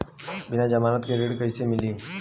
बिना जमानत के ऋण कईसे मिली?